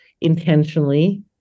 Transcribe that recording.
intentionally